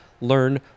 learn